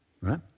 Right